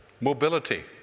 Mobility